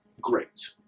Great